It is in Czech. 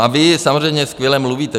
A vy samozřejmě skvěle mluvíte.